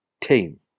team